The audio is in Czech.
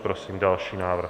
Prosím další návrh.